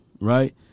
right